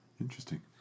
interesting